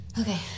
Okay